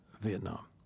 Vietnam